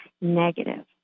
negative